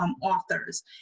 authors